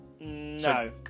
No